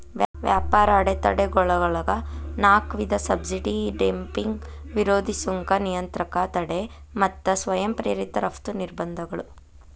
ವ್ಯಾಪಾರ ಅಡೆತಡೆಗಳೊಳಗ ನಾಕ್ ವಿಧ ಸಬ್ಸಿಡಿ ಡಂಪಿಂಗ್ ವಿರೋಧಿ ಸುಂಕ ನಿಯಂತ್ರಕ ತಡೆ ಮತ್ತ ಸ್ವಯಂ ಪ್ರೇರಿತ ರಫ್ತು ನಿರ್ಬಂಧಗಳು